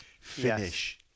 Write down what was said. finish